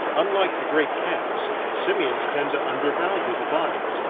unlike the great cats, simians tend to undervalue the body.